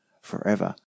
forever